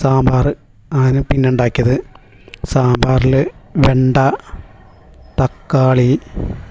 സാമ്പാർ ആണ് പിന്നെ ഉണ്ടാക്കിയത് സാമ്പാറിൽ വെണ്ട തക്കാളി